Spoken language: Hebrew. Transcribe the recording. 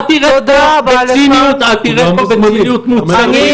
את הראית פה בציניות מוצרים -- תודה רבה לך.